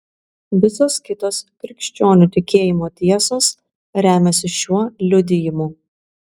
visos kitos krikščionių tikėjimo tiesos remiasi šiuo liudijimu